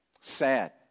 Sad